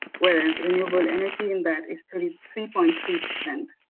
whereas renewable energy in that is thirty three point three percent.